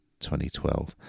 2012